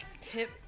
Hip